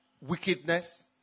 wickedness